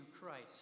Christ